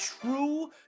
true